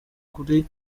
kuri